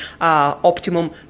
optimum